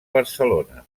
barcelona